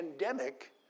pandemic